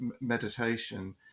meditation